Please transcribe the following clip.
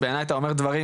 בעיניי אתה אומר דברים,